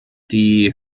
die